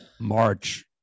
March